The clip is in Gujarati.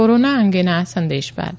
કોરોના અંગેના આ સંદેશ બાદ